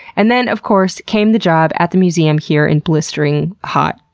and then, of course, came the job at the museum here in blistering hot,